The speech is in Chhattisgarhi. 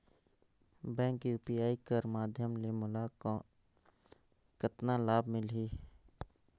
बैंक यू.पी.आई कर माध्यम ले मोला कतना लाभ मिली?